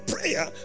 prayer